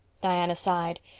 diana sighed.